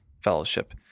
fellowship